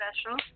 special